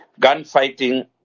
gunfighting